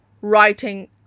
writing